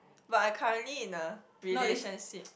but I currently in a relationship